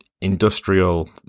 industrial